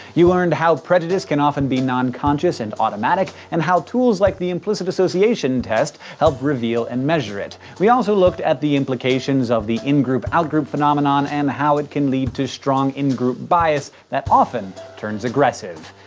you learned how prejudice can often be non-conscious and automatic and how tools like the implicit association test help reveal and measure it. we also looked at the implications of the ingroup-outgroup phenomenon, and how it can lead to strong in-group bias that often turns aggressive.